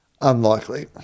Unlikely